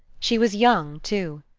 she was young, too,